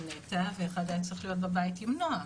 נטע ואחד היה צריך להיות בבית עם נועה,